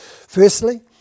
Firstly